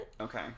Okay